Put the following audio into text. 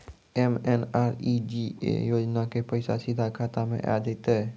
MNREGA योजना के पैसा सीधा खाता मे आ जाते?